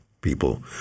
people